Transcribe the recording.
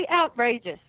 outrageous